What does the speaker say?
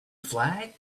flag